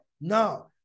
No